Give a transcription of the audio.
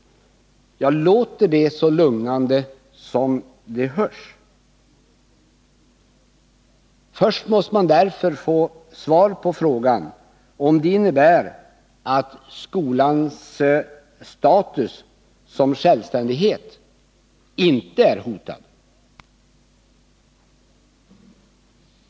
Men är det beskedet så lugnande som det låter? Man måste då först få svar på frågan om det innebär att skolans status som självständig inte är hotad.